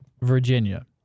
Virginia